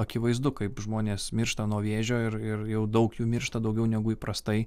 akivaizdu kaip žmonės miršta nuo vėžio ir ir jau daug jų miršta daugiau negu įprastai